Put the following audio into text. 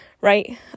right